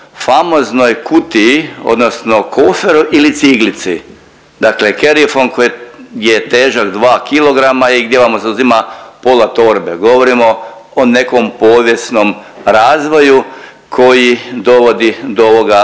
famoznoj kutiji odnosno koferu ili ciglici, dakle …/Govornik se ne razumije./…koji je težak 2 kg i gdje vam zauzima pola torbe, govorimo o nekom povijesnom razvoju koji dovodi do ovoga